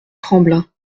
trembla